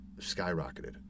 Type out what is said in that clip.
skyrocketed